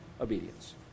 obedience